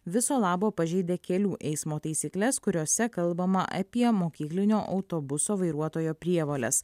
viso labo pažeidė kelių eismo taisykles kuriose kalbama apie mokyklinio autobuso vairuotojo prievoles